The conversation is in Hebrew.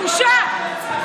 בושה.